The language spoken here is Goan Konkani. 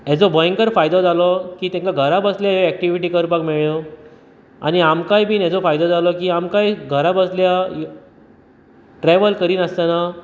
हेचो भयंकर फायदो जालो की तेंकां घरा बसले हे एक्टिविटी करपाक मेळ्ळ्यो आनी आमकांय बीन हेजो फायदो जालो की आमकांय घरा बसल्या ट्रेवल करिनासतना